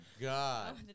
God